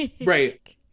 Right